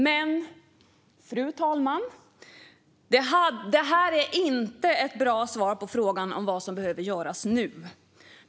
Men, fru talman, detta är inte ett bra svar på frågan om vad som behöver göras nu.